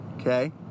Okay